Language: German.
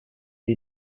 die